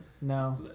No